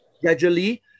gradually